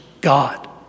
God